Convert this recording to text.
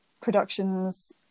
productions